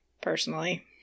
personally